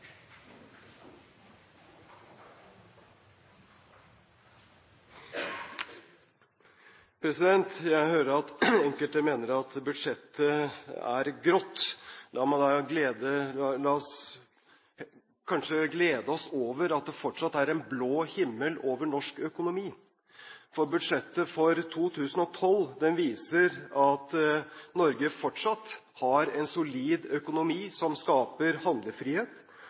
Jeg hører at enkelte mener at budsjettet er grått. La oss glede oss over at det fortsatt er en blå himmel over norsk økonomi, for budsjettet for 2012 viser at Norge fortsatt har en solid økonomi som skaper handlefrihet,